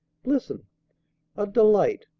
listen a delight,